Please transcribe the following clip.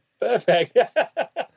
perfect